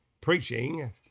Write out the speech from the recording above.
preaching